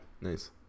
nice